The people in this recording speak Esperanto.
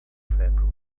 febro